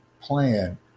plan